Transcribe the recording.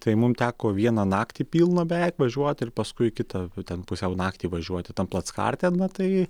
tai mum teko vieną naktį pilną beveik važiuoti ir paskui kitą ten pusiau naktį važiuoti tam plackarte na tai